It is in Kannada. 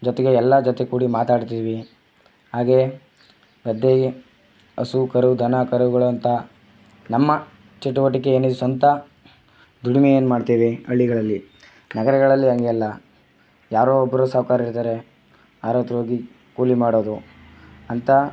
ಜೊತೆಗೆ ಎಲ್ಲ ಜೊತೆಗೂಡಿ ಮಾತಾಡ್ತಿದ್ವಿ ಹಾಗೆ ಗದ್ದೆ ಹಸು ಕರು ದನ ಕರುಗಳು ಅಂತ ನಮ್ಮ ಚಟುವಟಿಕೆ ಏನೀ ಸ್ವಂತ ದುಡಿಮೆ ಏನು ಮಾಡ್ತೇವೆ ಹಳ್ಳಿಗಳಲ್ಲಿ ನಗರಗಳಲ್ಲಿ ಹಾಗಲ್ಲ ಯಾರೋ ಒಬ್ಬರು ಸಾಹುಕಾರರು ಇದ್ದಾರೆ ಅವರ ಹತ್ರ ಹೋಗಿ ಕೂಲಿ ಮಾಡೋದು ಅಂತ